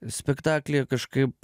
spektaklyje kažkaip